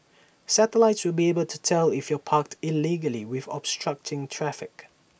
satellites will be able to tell if you're parked illegally and obstructing traffic